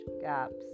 gaps